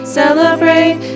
celebrate